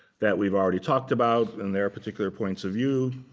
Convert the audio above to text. that we've already talked about and their particular points of view